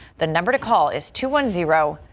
the number to call is two, one, zero,